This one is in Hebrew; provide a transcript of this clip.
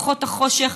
כוחות החושך,